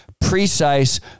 precise